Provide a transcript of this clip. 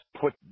put